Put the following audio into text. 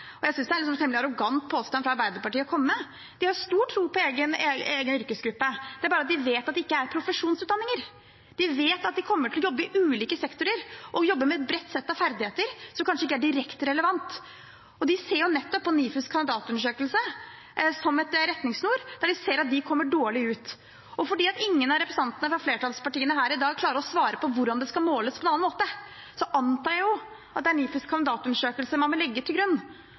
Jeg synes det er en temmelig arrogant påstand å komme med fra Arbeiderpartiet. De har stor tro på sin egen yrkesgruppe. De vet bare at det er ikke profesjonsutdanninger. De vet at de kommer til å jobbe i ulike sektorer og med et bredt sett av ferdigheter som kanskje ikke er direkte relevante. De ser på NIFUs kandidatundersøkelse som en rettesnor, og de ser at de kommer dårlig ut. Fordi ingen av representantene fra flertallspartiene her i dag klarer å si hvordan det skal måles på en annen måte, antar jeg at det er NIFUs kandidatundersøkelse man vil legge til grunn.